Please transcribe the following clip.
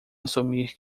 assumir